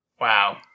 Wow